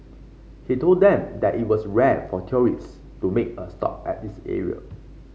he told them that it was rare for tourist to make a stop at this area